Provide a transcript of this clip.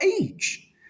age